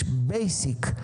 יש בייסיק,